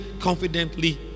Confidently